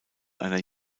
einer